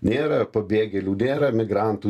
nėra pabėgėlių nėra migrantų